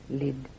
lid